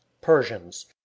Persians